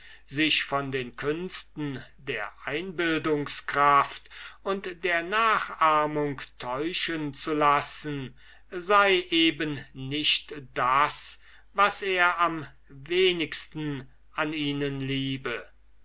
sich von den künsten der einbildungskraft und der nachahmung täuschen zu lassen sei eben nicht das was er am wenigsten an ihnen liebe